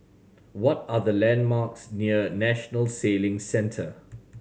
what are the landmarks near National Sailing Centre